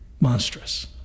monstrous